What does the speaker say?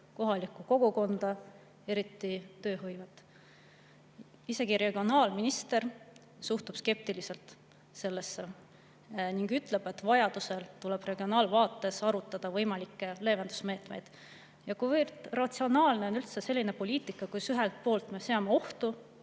kohalikku kogukonda, eriti tööhõivet. Isegi regionaalminister suhtub skeptiliselt sellesse ning ütleb, et vajadusel tuleb regionaalvaates arutada võimalikke leevendusmeetmeid. Kuivõrd ratsionaalne on üldse selline poliitika, millega me seame ühe